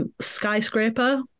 Skyscraper